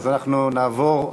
אז אנחנו נעבור,